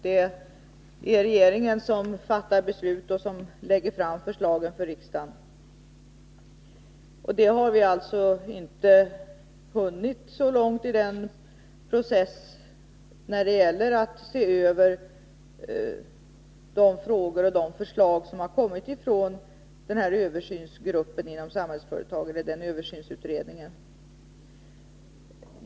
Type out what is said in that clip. Det är regeringen som fattar beslut och som lägger förslag för riksdagen. Men vi har alltså inte hunnit så långt när det gäller att se över de förslag som kommit ifrån översynsutredningen i fråga om Samhällsföretag.